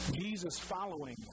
Jesus-following